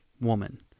woman